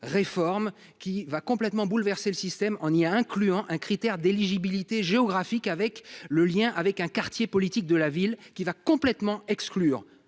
réforme qui va complètement bouleverser le système en a incluant un critère d'éligibilité géographique avec le lien avec un quartier politique de la ville qui va complètement exclure